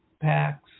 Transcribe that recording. packs